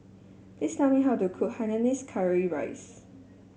please tell me how to cook Hainanese Curry Rice